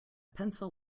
pencil